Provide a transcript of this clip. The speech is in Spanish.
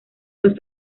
los